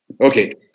Okay